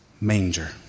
manger